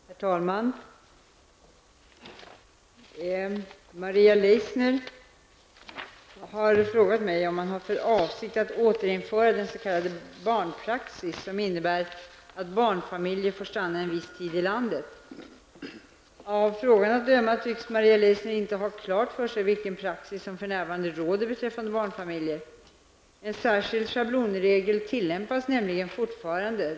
Herr talman! Maria Leissner har frågat mig om man har för avsikt att återinföra den s.k. barnpraxis som innebär att barnfamiljer får stanna en viss tid i landet. Av frågan att döma tycks Maria Leissner inte ha klart för sig vilken praxis som för närvarande råder beträffande barnfamiljer. En särskild schablonregel tillämpas nämligen fortfarande.